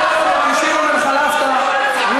רבי חייא הגדול ורבי שמעון בן חלפתא היו